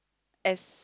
as